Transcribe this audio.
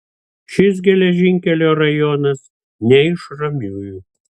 šis geležinkelio rajonas ne iš ramiųjų